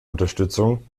unterstützung